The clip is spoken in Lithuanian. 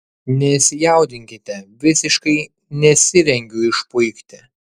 nesijaudinkite visiškai nesirengiu išpuikti